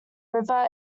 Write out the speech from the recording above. river